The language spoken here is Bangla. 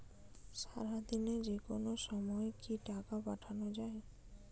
সারাদিনে যেকোনো সময় কি টাকা পাঠানো য়ায়?